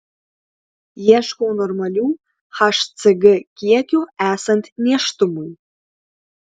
ieškau normalių hcg kiekių esant nėštumui